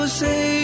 say